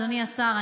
אדוני השר,